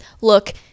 look